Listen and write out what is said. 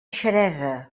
xeresa